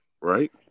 right